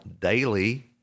daily